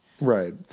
Right